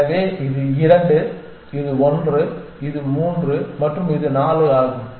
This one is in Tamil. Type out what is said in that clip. எனவே இது 2 இது 1 இது 3 மற்றும் இது 4 ஆகும்